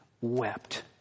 wept